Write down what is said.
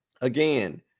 again